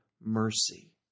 mercy